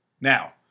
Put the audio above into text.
Now